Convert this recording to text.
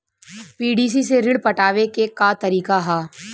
PDC से ऋण पटावे के का तरीका ह?